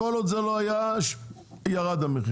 כל עוד זה לא היה ירד המחיר,